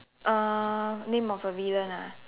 uh name of a villain ah